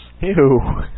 Ew